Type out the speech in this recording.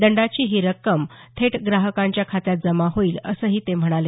दंडाची ही रक्कम थेट ग्राहकांच्या खात्यात जमा होईल असंही ते म्हणाले